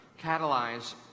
catalyze